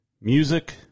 music